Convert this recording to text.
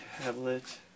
tablet